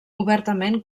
obertament